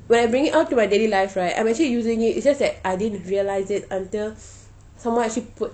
when I bring it out to my daily life right I'm actually using it it's just that I didn't realise it until someone actually put